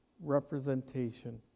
representation